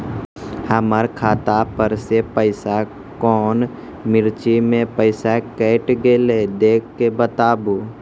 हमर खाता पर से पैसा कौन मिर्ची मे पैसा कैट गेलौ देख के बताबू?